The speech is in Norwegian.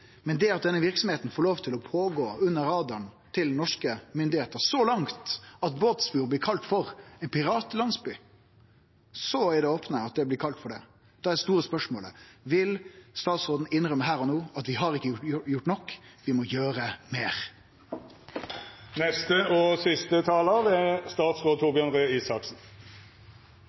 denne verksemda får lov til å fortsetje under radaren til norske myndigheiter – så langt at Båtsfjord blir kalla for ein «piratlandsby» – da er det store spørsmålet: Vil statsråden innrømme her og no at vi ikkje har gjort nok, at vi må gjere meir? Takk for en viktig og god interpellasjon og diskusjon. La meg starte med det store bildet internasjonalt. Det er